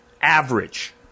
Average